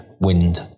Wind